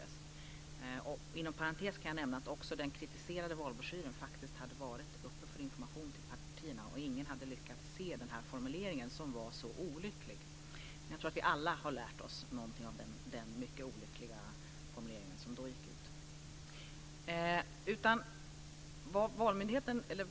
Jag kan inom parentes nämna att också den kritiserade valbroschyren faktiskt hade varit uppe för information till partierna och att ingen hade lyckats se den formulering som var så olycklig. Jag tror att vi alla har lärt oss av den mycket olyckliga formulering som då gick ut.